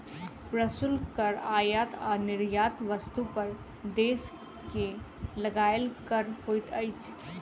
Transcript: प्रशुल्क कर आयात आ निर्यात वस्तु पर देश के लगायल कर होइत अछि